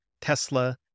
Tesla